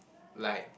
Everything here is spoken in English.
like